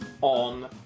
on